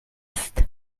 ist